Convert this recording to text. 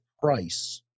price